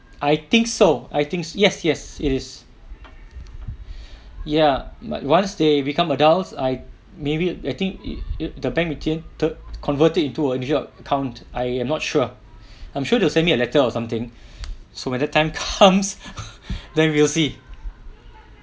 I think so I think yes yes it is ya but once they become adults I maybe I think it it the bank will turn converted into a usual account I am not sure I'm sure they will send me a letter or something so when the time comes then we will see